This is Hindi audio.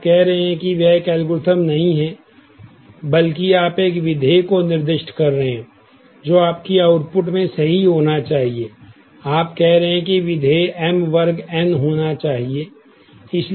आप कह रहे हैं कि विधेय m वर्ग n होना चाहिए